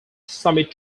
summit